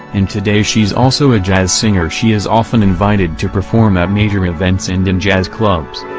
and today she's also a jazz singer she is often invited to perform at major events and in jazz clubs.